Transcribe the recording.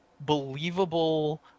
believable